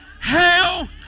hell